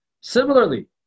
Similarly